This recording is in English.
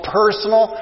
personal